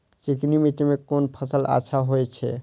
चिकनी माटी में कोन फसल अच्छा होय छे?